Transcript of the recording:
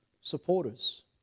Supporters